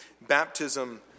baptism